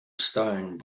stone